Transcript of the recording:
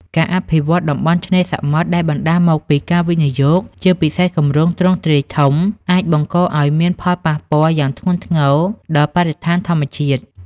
ការអភិវឌ្ឍន៍តំបន់ឆ្នេរសមុទ្រដែលបណ្តាលមកពីការវិនិយោគ ជាពិសេសគម្រោងទ្រង់ទ្រាយធំ អាចបង្កឲ្យមានផលប៉ះពាល់យ៉ាងធ្ងន់ធ្ងរដល់បរិស្ថានធម្មជាតិ។